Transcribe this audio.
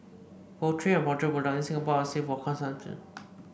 poultry and poultry products in Singapore are safe for consumption